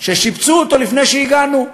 ששיפצו אותו לפני שהגענו,